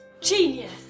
Genius